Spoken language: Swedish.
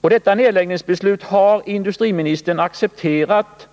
Detta nedläggningsbeslut har industriministern accepterat